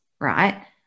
right